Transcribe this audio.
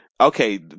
Okay